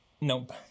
Nope